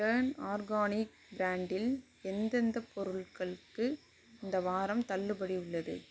turn organic பிராண்டில் எந்தெந்தப் பொருட்களுக்கு இந்த வாரம் தள்ளுபடி உள்ளது